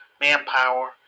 manpower